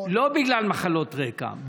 לא בגלל מחלות רקע,